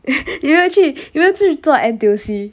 你没有去你没有出去做 N_T_U_C